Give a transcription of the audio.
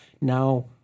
now